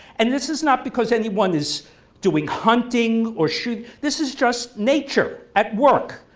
and this is not because anyone is doing hunting or shooting. this is just nature at work.